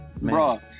bro